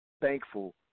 thankful